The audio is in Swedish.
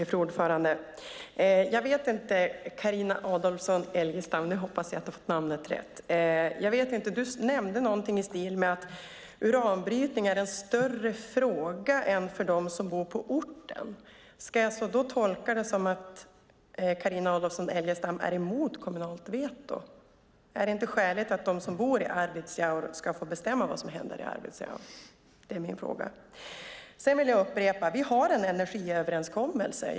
Fru talman! Carina Adolfsson Elgestam nämnde någonting i stil med att uranbrytning är en större fråga än att bara gälla dem som bor på orten. Ska jag tolka det som att Carina Adolfsson Elgestam är emot kommunalt veto? Är det inte skäligt att de som bor i Arvidsjaur ska få bestämma vad som händer i Arvidsjaur? Låt mig upprepa: Vi har en energiöverenskommelse.